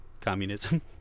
communism